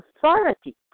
authority